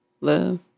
Love